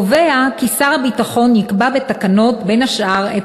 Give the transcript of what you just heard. קובע כי שר הביטחון יקבע בתקנות בין השאר את